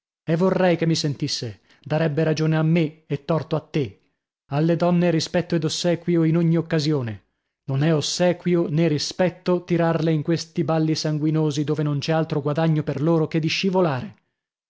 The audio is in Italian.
e vorrei che mi sentisse darebbe ragione a me e torto a te alle donne rispetto ed ossequio in ogni occasione non è ossequio nè rispetto tirarle in questi balli sanguinosi dove non c'è altro guadagno per loro che di scivolare